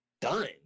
done